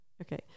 Okay